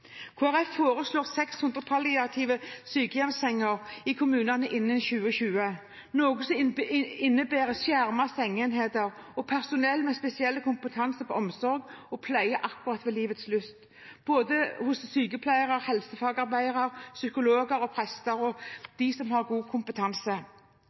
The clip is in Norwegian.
Folkeparti foreslår 600 palliative sykehjemssenger i kommunene innen 2020, noe som innebærer skjermede sengeenheter og personell med spesiell kompetanse på omsorg og pleie ved livets slutt, hos både sykepleiere, helsefagarbeidere, psykologer og prester – de som har god kompetanse.